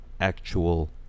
actual